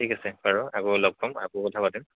ঠিক আছে বাৰু আকৌ লগ পাম আকৌ কথা পাতিম